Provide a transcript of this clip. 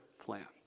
plan